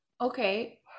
okay